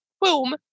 boom